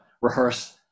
rehearse